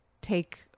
take